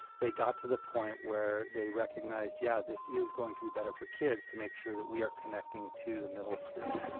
they got to the point where they recognized, yeah, this is going to be better for kids to make sure that we are connecting to the middle school.